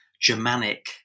Germanic